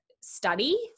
study